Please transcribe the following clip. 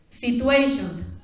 situations